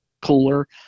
cooler